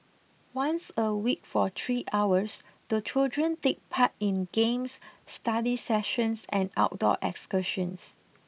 once a week for three hours the children take part in games study sessions and outdoor excursions